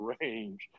range